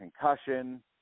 concussion